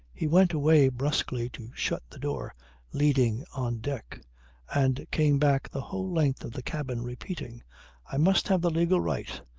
he went away brusquely to shut the door leading on deck and came back the whole length of the cabin repeating i must have the legal right.